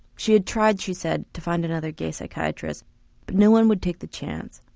she had tried, she said, to find another gay psychiatrist but no one would take the chance.